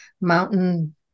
mountain